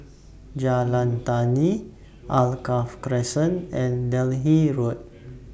Jalan Tani Alkaff Crescent and Delhi Road